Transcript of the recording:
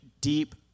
deep